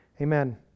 Amen